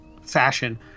fashion